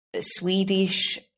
Swedish